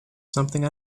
something